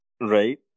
right